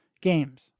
games